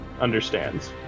understands